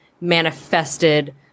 manifested